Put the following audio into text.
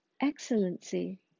Excellency